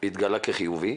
מהמועד שהוא התגלה כחיובי,